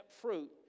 fruit